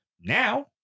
Now